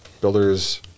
builders